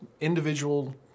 individual